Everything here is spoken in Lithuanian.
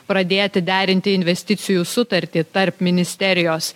pradėti derinti investicijų sutartį tarp ministerijos